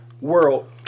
world